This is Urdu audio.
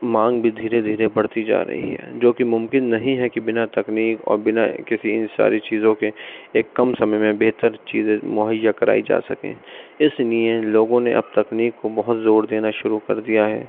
مانگ بھی دھیرے دھیرے بڑھتی جا رہی ہے جوکہ ممکن نہیں ہے کہ بنا تکنیک اور بنا کسی ان ساری چیزوں کے ایک کم سمے میں بہتر چیزیں مہیا کرائی جا سکیں اس نیے لوگوں نے اب تک تکنیک کو بہت زور دینا شروع کر دیا ہے